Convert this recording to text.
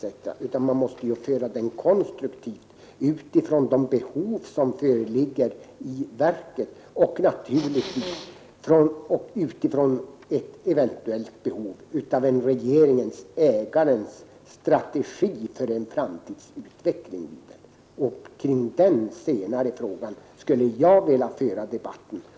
Diskussionen måste föras konstruktivt med utgångspunkt i de behov som föreligger i verket och naturligtvis med utgångspunkt i ett eventuellt behov av en regeringens, ägarens, strategi för den framtida utvecklingen. Kring den senare frågan skulle jag vilja föra debatten.